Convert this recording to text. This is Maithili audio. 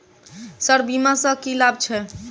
सर बीमा सँ की लाभ छैय?